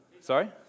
Sorry